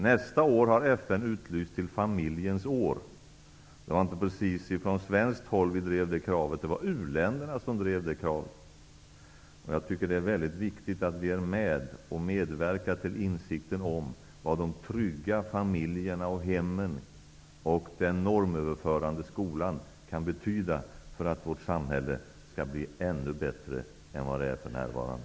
Nästa år har FN utlyst till familjens år. Det kravet har inte precis ställts från svensk sida, utan det är u-länderna som har ställt det kravet. Jag tycker att det är viktigt att vi är med och medverkar till insikten om vad de trygga familjerna, hemmen och den normöverförande skolan kan betyda för att vårt samhälle skall bli ännu bättre än vad det är för närvarande.